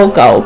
go